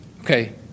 Okay